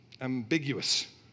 ambiguous